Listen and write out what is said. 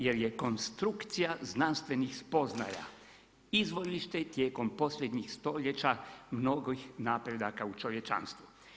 Jer je konstrukcija znanstvenih spoznaja izvorište tijekom posljednjih stoljeća mnogih napredaka u čovječanstvu.